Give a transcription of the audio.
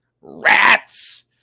Rats